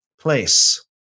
place